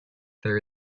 there